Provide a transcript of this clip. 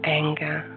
anger